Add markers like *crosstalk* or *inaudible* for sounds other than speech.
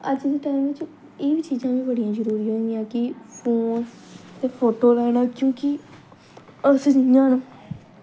अज्ज दे टैम बिच्च एह् बी चीजां बड़ियां जरूरी होई दियां कि फोन ते फोटो गै न क्योंकि *unintelligible* इयां न